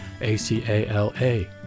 A-C-A-L-A